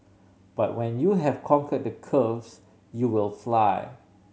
but when you have conquered the curves you will fly